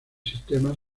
sistema